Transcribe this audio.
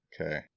Okay